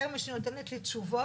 יותר מאשר היא נותנת לי תשובות,